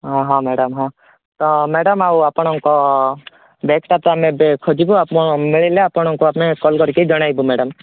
ହଁ ହଁ ମ୍ୟାଡ଼ାମ୍ ହଁ ତ ମ୍ୟାଡ଼ାମ୍ ଆଉ ଆପଣଙ୍କ ବ୍ୟାଗ୍ଟା ତ ଆମେ ଏବେ ଖୋଜିବୁ ମିଳିଲେ ଆପଣଙ୍କୁ ଆମେ କଲ୍ କରିକି ଜଣେଇବୁ ମ୍ୟାଡ଼ାମ୍